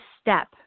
step